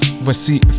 Voici